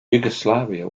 yugoslavia